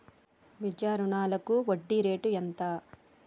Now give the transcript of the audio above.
విద్యా రుణాలకు వడ్డీ రేటు ఎంత?